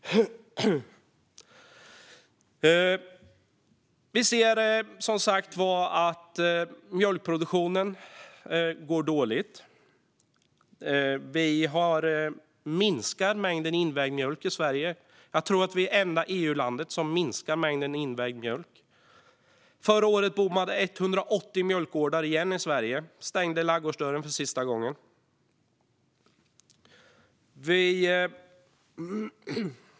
Vi ser som sagt att mjölkproduktionen går dåligt. Mängden invägd mjölk har minskat i Sverige. Jag tror att vi är det enda EU-landet där mängden invägd mjölk minskar. Förra året bommade 180 mjölkgårdar igen i Sverige. Man stängde ladugårdsdörren för sista gången.